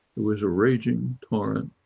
it was a raging torrent,